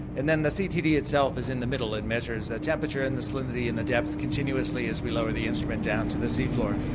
and then the ctd itself is in the middle. it measures ah temperature and the salinity and the depth continuously as we lower the instrument down to the sea floor.